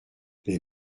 les